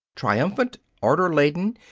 triumphant, order-laden,